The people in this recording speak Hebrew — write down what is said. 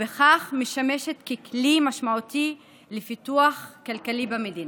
ובכך משמש ככלי משמעותי לפיתוח כלכלי במדינה.